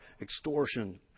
extortion